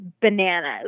bananas